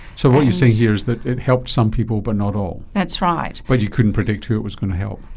so what you're saying here is that it helped some people but not all. that's right. but you couldn't predict who it was going to help.